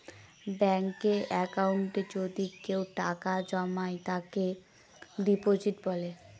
ব্যাঙ্কে একাউন্টে যদি কেউ টাকা জমায় তাকে ডিপোজিট বলে